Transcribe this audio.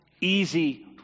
easy